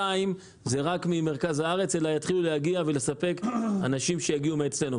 זה רק ממרכז הארץ אלא יתחילו להגיע אנשים גם משם.